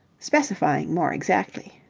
specifying more exactly.